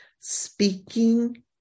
speaking